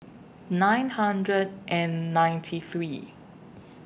nine hundred and ninety three